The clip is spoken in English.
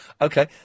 Okay